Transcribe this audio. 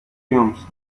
films